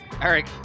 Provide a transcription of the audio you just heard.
eric